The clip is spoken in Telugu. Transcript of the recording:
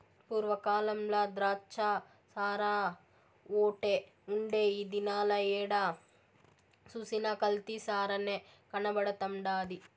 పూర్వ కాలంల ద్రాచ్చసారాఓటే ఉండే ఈ దినాల ఏడ సూసినా కల్తీ సారనే కనబడతండాది